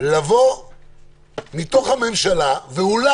לבן את הזכות המוסרית לבוא מתוך הממשלה ולנסות,